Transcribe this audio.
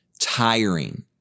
tiring